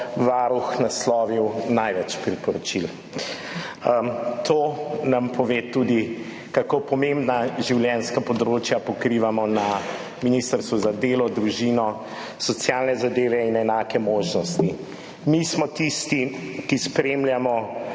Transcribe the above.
Varuh naslovil največ priporočil. To nam pove tudi, kako pomembna življenjska področja pokrivamo na Ministrstvu za delo, družino, socialne zadeve in enake možnosti. Mi smo tisti, ki spremljamo